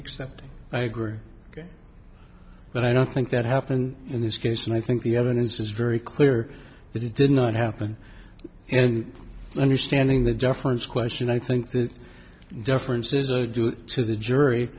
accepting i agree but i don't think that happened in this case and i think the evidence is very clear that it did not happen and understanding the difference question i think the differences are due to the jury